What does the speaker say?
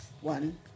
one